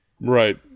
right